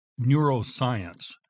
neuroscience